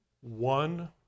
one